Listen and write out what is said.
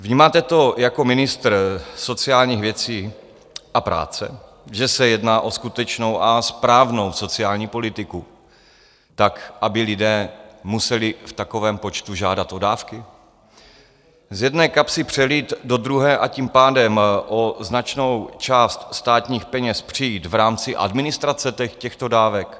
Vnímáte to jako ministr sociálních věcí a práce, že se jedná o skutečnou a správnou sociální politiku tak, aby lidé museli v takovém počtu žádat o dávky, z jedné kapsy přelít do druhé, a tím pádem o značnou část státních peněz přijít v rámci administrace těchto dávek?